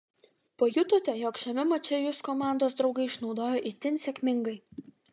pajutote jog šiame mače jus komandos draugai išnaudojo itin sėkmingai